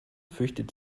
fürchtet